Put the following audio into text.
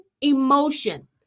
emotion